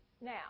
Now